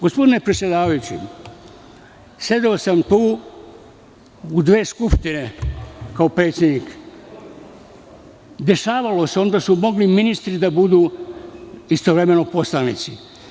Gospodine predsedavajući, sedeo sam tu u dve Skupštine kao predsednik, dešavalo se, onda su mogli ministri da budu istovremeno i poslanici.